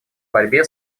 борьбе